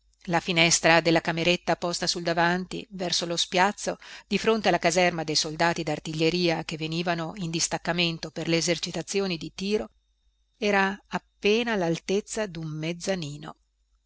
la finestra della cameretta posta sul davanti verso lo spiazzo di fronte alla caserma dei soldati dartiglieria che venivano in distaccamento per le esercitazioni di tiro era appena allaltezza dun mezzanino